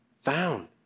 Found